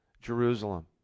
Jerusalem